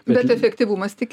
bet efektyvumas tik